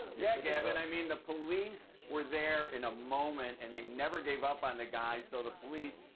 yeah, gavin. i mean, the police were there in a moment and they never gave up on the guy, so the police,